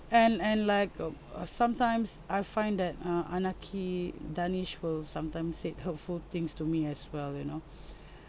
and and like um uh sometimes I find that uh anaki darnish will sometimes said hurtful things to me as well you know